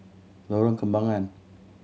Lorong Kembangan